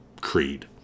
Creed